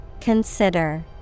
Consider